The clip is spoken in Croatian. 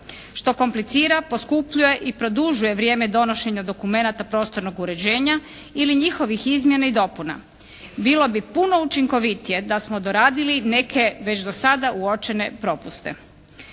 što komplicira, poskupljuje i produžuje vrijeme donošenja dokumenata prostornog uređenja ili njihovih izmjena i dopuna. Bilo bi puno učinkovitije da smo doradili neke već do sada uočene propuste.